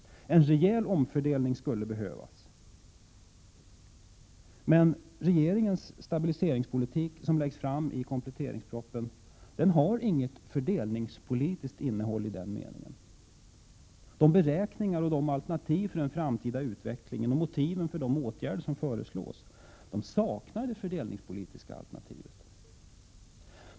En rejäl omfördelning skulle behövas, men regeringens stabiliseringspolitik, som läggs fram i kompletteringspropositionen, har inget fördelningspolitiskt innehåll i den meningen. De beräkningar och de alternativ för den framtida utvecklingen samt motiven för de åtgärder som föreslås saknar det fördelningspolitiska alternativet.